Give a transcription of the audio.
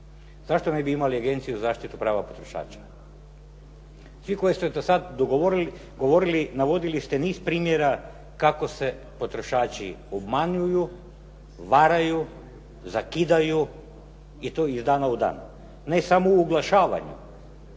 Zašto ne bi imali Agenciju za zaštitu prava potrošača? Svi koji ste do sad govorili navodili ste niz primjera kako se potrošači obmanjuju, varaju, zakidaju i to iz dana u dan, ne samo u ublažavanju,